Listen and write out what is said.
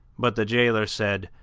but the jailer said,